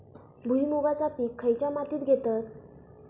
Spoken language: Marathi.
भुईमुगाचा पीक खयच्या मातीत घेतत?